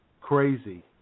crazy